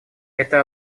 это